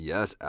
Yes